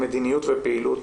מדיניות ופעילות